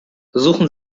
suchen